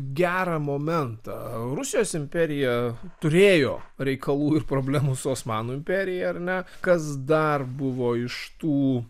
gerą momentą rusijos imperija turėjo reikalų ir problemų su osmanų imperija ar ne kas dar buvo iš tų